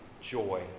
joy